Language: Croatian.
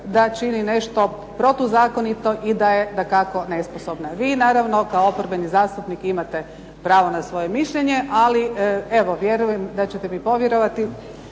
da čini nešto protuzakonito i da je dakako nesposobna. Vi naravno kao oporbeni zastupnik imate pravo na svoje mišljenje ali evo vjerujem da ćete mi povjerovati